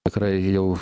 tikrai jau